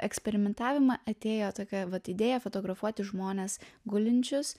eksperimentavimą atėjo tokia vat idėja fotografuoti žmones gulinčius